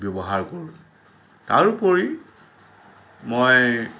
ব্যৱহাৰ কৰোঁ তাৰোপৰি মই